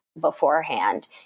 beforehand